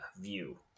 view